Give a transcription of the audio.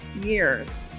years